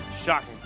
shocking